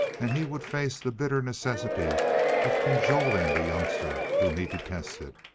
and he would face the bitter necessity of cajoling the youngster whom he detested.